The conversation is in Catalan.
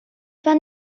van